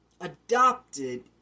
adopted